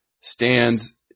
Stands